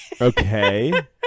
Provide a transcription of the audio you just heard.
Okay